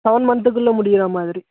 seven மந்த்துக்குள்ள முடிகிற மாதிரி